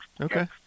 Okay